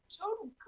total